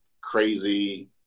crazy